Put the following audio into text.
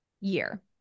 year